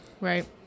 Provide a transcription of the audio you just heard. Right